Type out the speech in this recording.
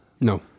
no